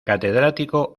catedrático